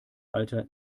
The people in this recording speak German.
alter